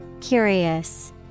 Curious